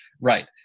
Right